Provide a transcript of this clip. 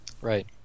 Right